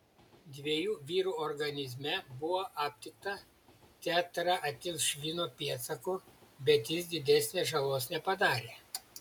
dviejų vyrų organizme buvo aptikta tetraetilšvino pėdsakų bet jis didesnės žalos nepadarė